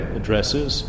addresses